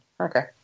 Okay